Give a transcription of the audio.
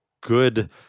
Good